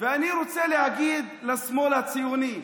ואני רוצה להגיד לשמאל הציוני: